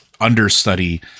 understudy